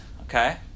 Okay